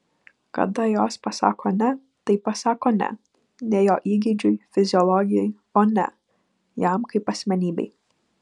kada jos pasako ne tai pasako ne ne jo įgeidžiui fiziologijai o ne jam kaip asmenybei